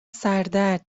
سردرد